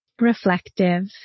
reflective